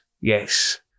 yes